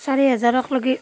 চাৰি হেজাৰৰলৈকে